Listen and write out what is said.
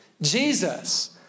Jesus